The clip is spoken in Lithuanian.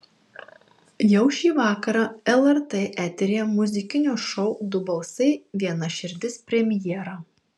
jau šį vakarą lrt eteryje muzikinio šou du balsai viena širdis premjera